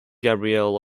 gabriel